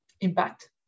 impact